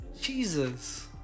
Jesus